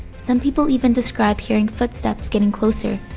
some people even describe hearing footsteps getting closer,